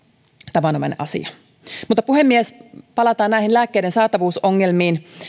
tavanomainen asia puhemies palataan näihin lääkkeiden saatavuusongelmiin